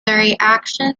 reaction